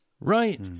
right